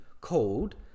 called